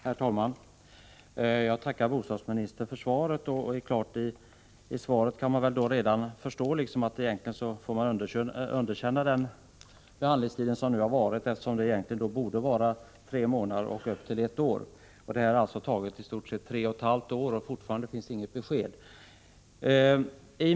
Herr talman! Jag tackar bostadsministern för svaret. Av detta svar framgår väl att man egentligen får underkänna den behandlingstid som nu har förekommit, eftersom behandlingstiden borde vara tre månader — och upp till ett år. Det har alltså i detta fall tagit i stort sett tre och ett halvt år, och fortfarande har inget besked lämnats.